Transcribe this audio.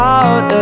out